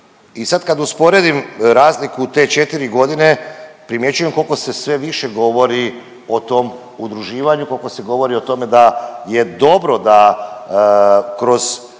I sad kad usporedim razliku u te 4 godine primjećujem koliko se sve više govori o tom udruživanju, koliko se govori o tome da je dobro da kroz